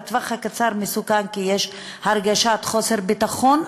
לטווח הקצר זה מסוכן כי יש הרגשת חוסר ביטחון,